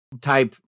type